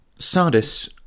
Sardis